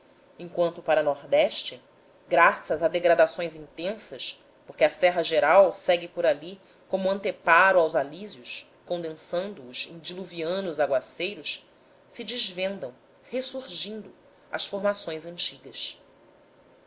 enquanto para nordeste graças a degradações intensas porque a serra geral segue por ali como anteparo aos alísios condensando os em diluvianos aguaceiros se desvendam ressurgindo as formações antigas